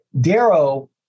Darrow